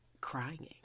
crying